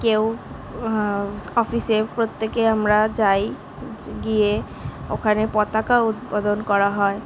কেউ স্ অফিসে প্রত্যেকে আমরা যাই য্ গিয়ে ওখানে পতাকা উদ্বোধন করা হয়